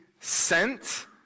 sent